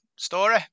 Story